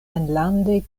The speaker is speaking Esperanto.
enlande